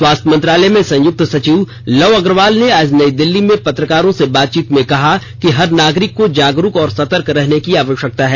स्वास्थ्य मंत्रालय में संयुक्त सचिव लव अग्रवाल ने आज नई दिल्ली में पत्रकारों से बातचीत में कहा कि हर नागरिक को जागरुक और सतर्क रहने की आवश्यकता है